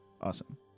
Awesome